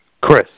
Chris